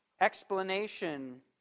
explanation